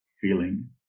feeling